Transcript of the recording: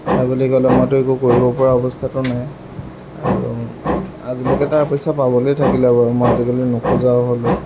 সেইবুলি ক'লে মইতো একো কৰিব পৰা অৱস্থাতো নাই আৰু আজিলৈকে তাৰ পইচা পাবলৈয়ে থাকিলে বাৰু মই আজিকালি নোখোজাও হ'লোঁ